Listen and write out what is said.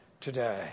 today